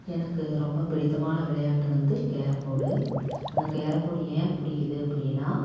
எனக்கு ரொம்ப பிடித்தமான விளையாட்டு வந்து கேரம் போர்டு அந்த கேரம் போர்டு ஏன் பிடிக்குது அப்படினா